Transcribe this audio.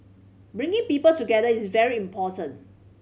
bringing people together is very important